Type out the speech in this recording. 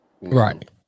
Right